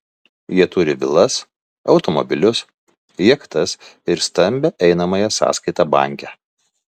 jie turi vilas automobilius jachtas ir stambią einamąją sąskaitą banke